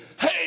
Hey